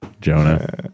Jonah